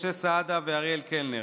משה סעדה ואריאל קלנר,